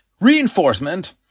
reinforcement